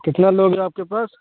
کتنا لوگ ہے آپ کے پاس